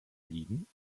liegen